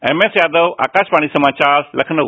MS Yadav Akashvani समाचार लखनऊ